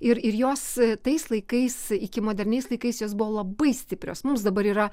ir ir jos tais laikais iki moderniais laikais jos buvo labai stiprios mums dabar yra